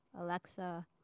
Alexa